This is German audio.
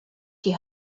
die